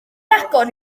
agor